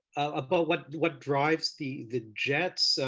ah but what what drives the the jets,